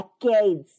decades